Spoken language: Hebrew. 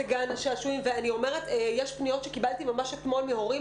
יש פניות שקיבלתי ממש אתמול מהורים